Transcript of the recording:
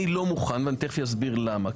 אני לא מוכן ואני תכף אסביר למה.